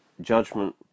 judgment